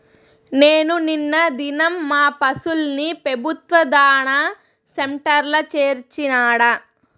నేను నిన్న దినం మా పశుల్ని పెబుత్వ దాణా సెంటర్ల చేర్చినాడ